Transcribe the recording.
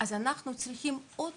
הזו אנחנו צריכים עוד